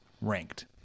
ranked